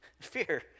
Fear